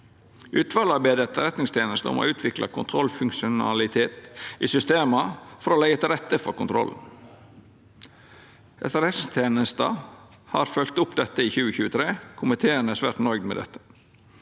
Utvalet har bedt Etterretningstenesta om å utvikla kontrollfunksjonalitet i systema for å leggja til rette for kontrollen. Etterretningstenesta har følgt opp dette i 2023. Komiteen er svært nøgd med dette.